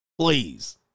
Please